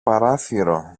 παράθυρο